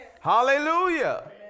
Hallelujah